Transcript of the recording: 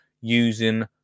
using